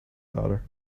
daughter